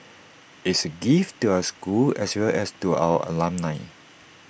is A gift to our school as well as to our alumni